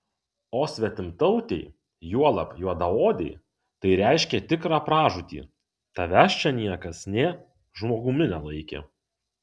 o svetimtautei juolab juodaodei tai reiškė tikrą pražūtį tavęs čia niekas nė žmogumi nelaikė